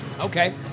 Okay